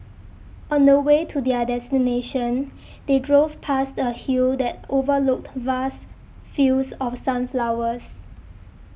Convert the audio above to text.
on the way to their destination they drove past a hill that overlooked vast fields of sunflowers